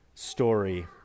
story